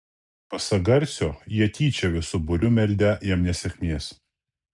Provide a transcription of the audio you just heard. pasak garsio jie tyčia visu būriu meldę jam nesėkmės